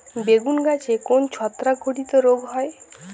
বেগুন গাছে কোন ছত্রাক ঘটিত রোগ হয়?